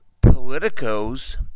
politicos